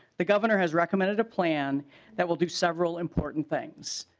the governor has recommended a plan that will do several important things.